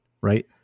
Right